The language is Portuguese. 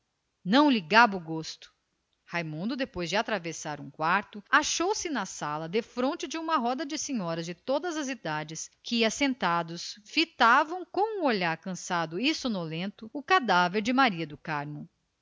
não lhe gabo o gosto raimundo depois de atravessar um quarto espaçoso penetrou na sala de visitas e achou-se defronte de uma roda de senhoras de todas as idades na maior parte vestidas de luto e que assentadas fitavam de cabeça à banda com o olhar cansado e sonolento o corpo inanimado de maria do carmo